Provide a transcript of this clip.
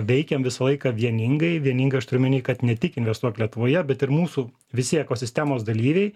veikėm visą laiką vieningai vieningai aš turiu omeny kad ne tik investuok lietuvoje bet ir mūsų visi ekosistemos dalyviai